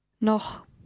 Noch